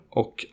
och